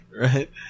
Right